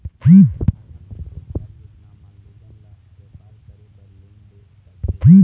परधानमंतरी रोजगार योजना म लोगन ल बेपार करे बर लोन दे जाथे